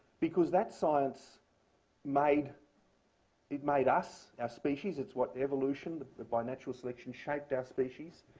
because that science made it made us, our species. it's what evolution by natural selection shaped our species.